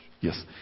Yes